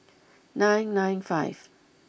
nine nine five